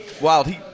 wild